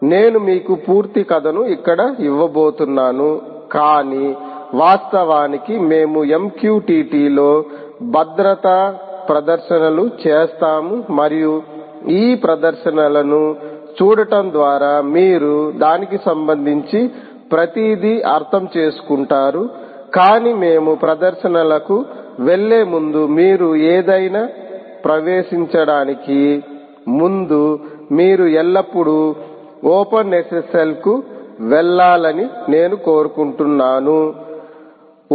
నేను మీకు పూర్తి కథను ఇక్కడ ఇవ్వబోతున్నాను కాని వాస్తవానికి మేము MQTT లో భద్రతా ప్రదర్శనలు చేస్తాము మరియు ఈ ప్రదర్శనలను చూడటం ద్వారా మీరు దానికి సంబంధించి ప్రతిదీ అర్థం చేసుకుంటారు కానీ మేము ప్రదర్శనలకు వెళ్లే ముందు మీరు ఏదైనా ప్రవేశించడానికి ముందు మీరు ఎల్లప్పుడూ ఓపెన్ఎస్ఎస్ఎల్ కు వెళ్లాలని నేను కోరుకుంటున్నాను ఓపెన్ఎస్ఎస్ఎల్